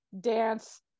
dance